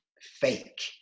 fake